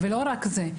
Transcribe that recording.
ולא רק זה,